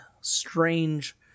strange